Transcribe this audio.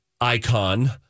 icon